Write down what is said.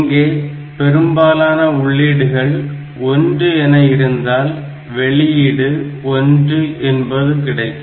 இங்கே பெரும்பாலான உள்ளீடுகள் 1 என இருந்தால் வெளியீடு 1 என்பது கிடைக்கும்